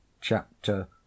chapter